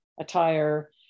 attire